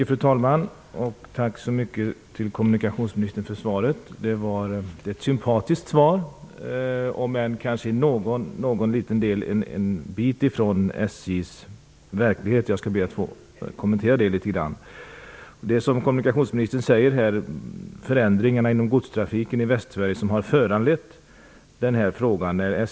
Fru talman! Tack så mycket, kommunikationsministern, för svaret. Det var ett sympatiskt svar, om än kanske i någon liten del en bit ifrån SJ:s verklighet. Jag skall be att få kommentera det litet grand. Västsverige som har föranlett frågan.